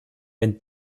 wenn